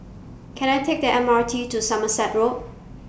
Can I Take The M R T to Somerset Road